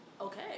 okay